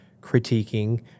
critiquing